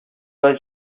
was